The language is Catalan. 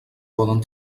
poden